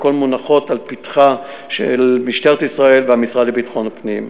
שכולן מונחות על פתחה של משטרת ישראל והמשרד לביטחון פנים.